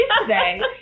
today